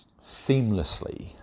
seamlessly